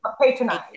patronize